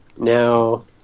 Now